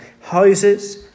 Houses